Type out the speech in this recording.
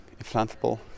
inflatable